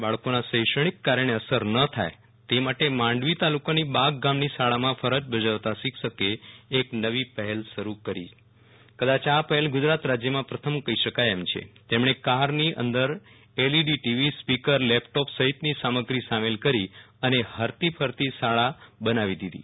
બાળકોના શૈક્ષણિક કાર્યને અસર ન થાય તે માટે માંડવી તાલુકાની બાગ ગામની શાળામાં ફરજ બજાવતા શિક્ષકે એક નવી પહેલ શરૂ કરી કદાય આ પહેલ ગુજરાત રાજ્યમાં પ્રથમ કહી શકાય એમ છે તેમણે કારની અંદર એલઈડી ટીવી સ્પીકર લેપટોપ સહિતની સામગ્રી સામેલ કરી અને હરતી ફરતી શાળા બનાવી દીધી